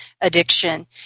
addiction